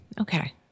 okay